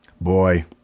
boy